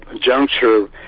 juncture